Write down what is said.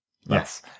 Yes